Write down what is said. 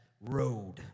road